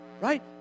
Right